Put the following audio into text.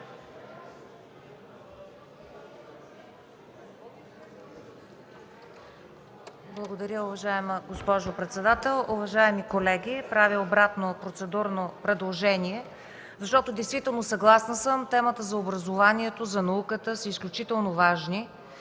Благодаря. Уважаема госпожо председател, уважаеми колеги, правя обратно процедурно предложение. Съгласна съм, действително темата за образованието, за науката, са изключително важни,